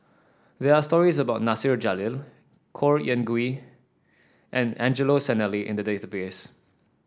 there are stories about Nasir Jalil Khor Ean Ghee and Angelo Sanelli in the database